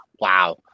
Wow